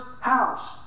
house